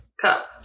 cup